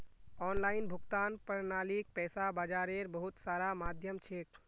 online भुगतान प्रणालीक पैसा बाजारेर बहुत सारा माध्यम छेक